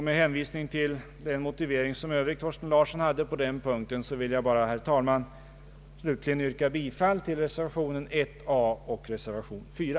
Med hänvisning till herr Thorsten Larssons motivering i övrigt på denna punkt vill jag, herr talman, slutligen yrka bifall till reservationerna 1 a och 4.